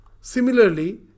similarly